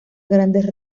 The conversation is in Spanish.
grandes